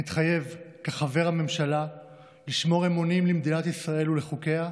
מתחייב כחבר הממשלה לשמור אמונים למדינת ישראל ולחוקיה,